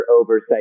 oversight